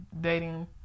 dating